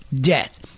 death